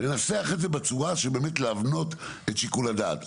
לנסח את זה בצורה שבאמת להבנות את שיקול הדעת.